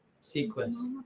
sequence